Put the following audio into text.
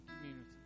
community